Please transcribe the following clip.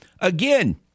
again